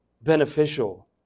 beneficial